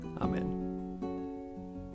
Amen